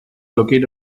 located